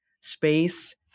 space